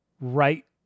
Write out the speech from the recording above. right